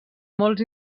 molts